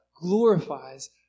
glorifies